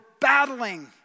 battling